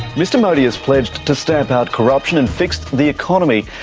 mr modi has pledged to stamp out corruption and fix the economy,